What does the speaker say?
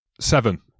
seven